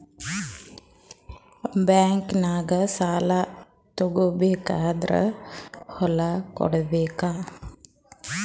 ಬ್ಯಾಂಕ್ನಾಗ ಸಾಲ ತಗೋ ಬೇಕಾದ್ರ್ ಹೊಲ ಕೊಡಬೇಕಾ?